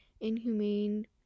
inhumane